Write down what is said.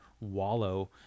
wallow